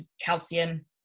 calcium